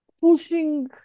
pushing